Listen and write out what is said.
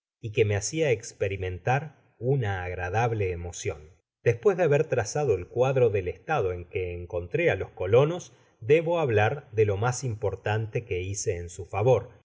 y que me hacia esperimentar una agradable emocion despues de haber trazado el cuadro del estado en que encontré á los coloaos debo hablar de lo mas importante que hice en su favor